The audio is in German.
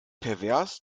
pervers